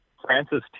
Francis